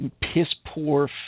piss-poor